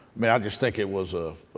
mean, i just think it was a